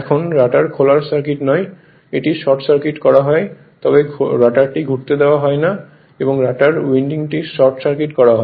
এখন রটার খোলা সার্কিট নয় এটি শর্ট সার্কিট করা হয় তবে রটারটিকে ঘুরতে দেওয়া হয় না এবং রটারের উইন্ডিং শর্ট সার্কিট করা হয়